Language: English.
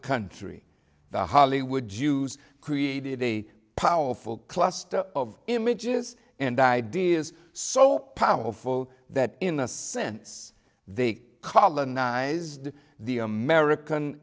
country the hollywood jews created a powerful cluster of images and ideas so powerful that in a sense they colonized the american